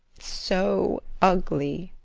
so ugly!